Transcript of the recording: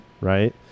Right